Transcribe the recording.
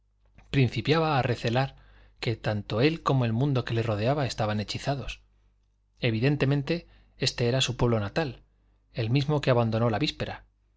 principiaba a recelar que tanto él como el mundo que le rodeaba estaban hechizados evidentemente éste era su pueblo natal el mismo que abandonó la víspera